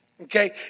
Okay